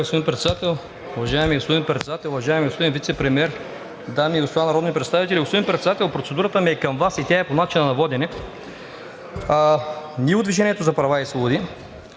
Благодаря, господин Председател. Уважаеми господин Председател, уважаеми господин Вицепремиер, дами и господа народни представители! Господин Председател, процедурата ми е към Вас и тя е по начина на водене. Ние от „Движение за права и свободи“